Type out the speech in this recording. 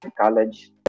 college